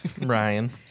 Ryan